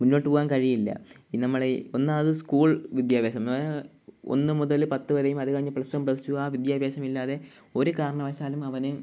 മുന്നോട്ട് പോവാൻ കഴിയില്ല നമ്മൾ ഈ ഒന്നാമത് സ്കൂൾ വിദ്യാഭ്യാസം ഒന്ന് മുതൽ പത്ത് വരെയും അത് കഴിഞ്ഞ് പ്ലസ് വൺ പ്ലസ് റ്റു ആ വിദ്യാഭ്യാസമില്ലാതെ ഒരു കാരണവശാലും അവന്